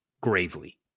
gravely